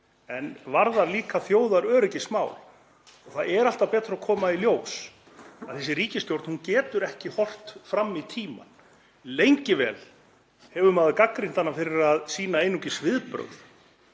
en varðar líka þjóðaröryggismál. Það er alltaf að koma betur í ljós að þessi ríkisstjórn getur ekki horft fram í tímann. Lengi vel hefur maður gagnrýnt hana fyrir að sýna einungis viðbrögð.